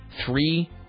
three